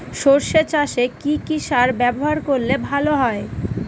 সর্ষে চাসে কি কি সার ব্যবহার করলে ভালো হয়?